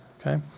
Okay